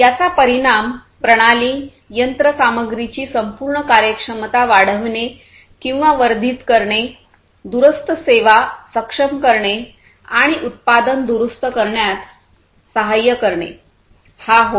याचा परिणाम प्रणाली यंत्रसामग्रीची संपूर्ण कार्यक्षमता वाढविणे किंवा वर्धित करणे दूरस्थ सेवा सक्षम करणे आणि उत्पादन दुरुस्त करण्यात सहाय्य करणे हा होय